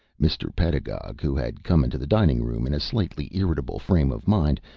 mr. pedagog, who had come into the dining-room in a slightly irritable frame of mind,